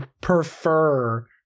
prefer